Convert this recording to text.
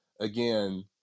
again